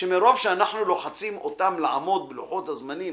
שמרוב שאנחנו לוחצים אותם לעמוד בלוחות הזמנים